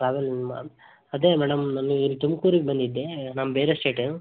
travel ma'am ಅದೇ madam ನಾನು ಇಲ್ಲಿ ತುಮಕೂರಿಗೆ ಬಂದಿದ್ದೆ ಮ್ಯಾಮ್ ಬೇರೆ ಸ್ಟೇಟ್